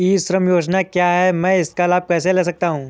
ई श्रम योजना क्या है मैं इसका लाभ कैसे ले सकता हूँ?